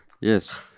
Yes